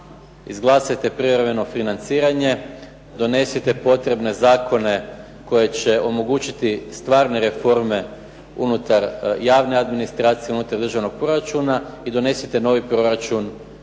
izglasajte privremeno financiranje, donesite potrebne zakone koji će omogućiti stvarne reforme unutar javne administracije, unutar državnog proračuna i donesite prijedlog